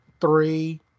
three